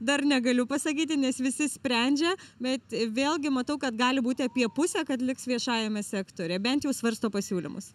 dar negaliu pasakyti nes visi sprendžia bet vėlgi matau kad gali būti apie pusę kad liks viešajame sektoriuje bent jau svarsto pasiūlymus